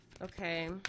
Okay